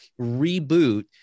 reboot